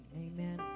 Amen